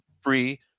free